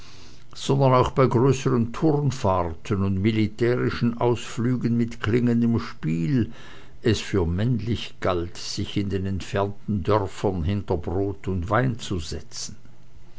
sondern auch bei größeren turnfahrten und militärischen ausflügen mit klingendem spiel es für männlich galt sich in den entfernten dörfern hinter brot und wein zu setzen